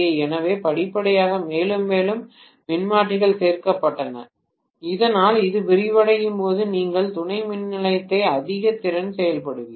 எனவே படிப்படியாக மேலும் மேலும் மின்மாற்றிகள் சேர்க்கப்பட்டன இதனால் அது விரிவடையும் போது நீங்கள் துணை மின்நிலையத்தில் அதிக திறன் சேர்க்கப்படுவீர்கள்